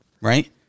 Right